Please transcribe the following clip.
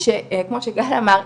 זה כמו שגל אמר,